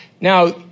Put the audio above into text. Now